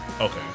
Okay